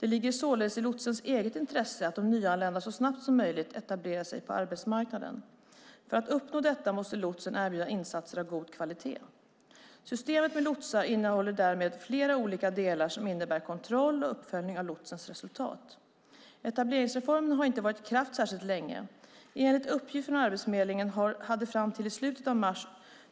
Det ligger således i lotsens eget intresse att den nyanlända så snabbt som möjligt etablerar sig på arbetsmarknaden. För att uppnå detta måste lotsen erbjuda insatser av god kvalitet. Systemet med lotsar innehåller därmed flera olika delar som innebär kontroll och uppföljning av lotsens resultat. Etableringsreformen har inte varit i kraft särskilt länge. Enligt uppgift från Arbetsförmedlingen hade fram till i slutet av mars